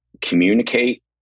communicate